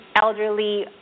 elderly